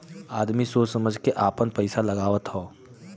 आदमी सोच समझ के आपन पइसा लगावत हौ